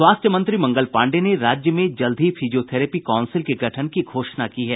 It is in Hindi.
स्वास्थ्य मंत्री मंगल पांडेय ने राज्य में जल्द ही फिजियोथरेपी काउंसिल के गठन की घोषणा की है